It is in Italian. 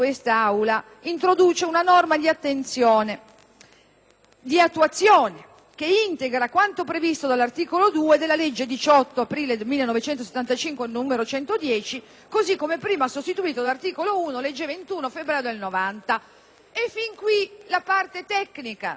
di attuazione che integra quanto previsto dall'articolo 2 della legge 18 aprile 1975, n. 110, così come prima sostituito dall'articolo 1 della legge n. 36 del 21 febbraio 1990. E fin qui la parte tecnica, signor Presidente. Ma non sfugge a nessuno